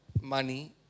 money